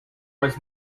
was